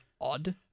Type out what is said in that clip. odd